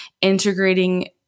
integrating